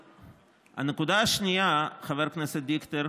הנקודה השנייה, חבר הכנסת דיכטר,